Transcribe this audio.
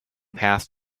path